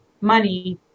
money